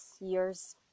years